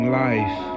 life